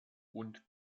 und